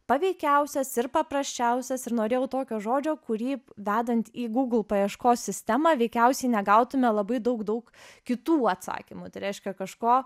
paveikiausias ir paprasčiausias ir norėjau tokio žodžio kurį vedant į google paieškos sistemą veikiausiai negautume labai daug daug kitų atsakymų tai reiškia kažko